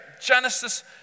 Genesis